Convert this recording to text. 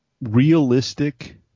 realistic